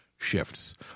Shifts